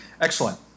Excellent